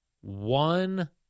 one